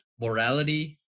morality